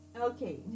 Okay